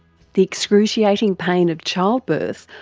the excruciating pain of childbirth,